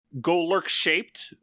Golurk-shaped